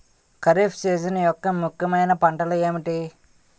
Kharif season యెక్క ముఖ్యమైన పంటలు ఏమిటీ?